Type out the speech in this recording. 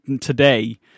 today